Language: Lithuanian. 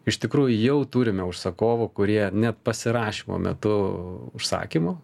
iš tikrųjų jau turime užsakovų kurie net pasirašymo metu užsakymo